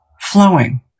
flowing